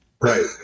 Right